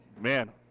Man